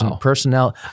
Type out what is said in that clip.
personnel